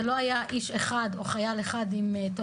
זה לא היה חייל אחד עם תולעים,